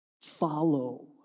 follow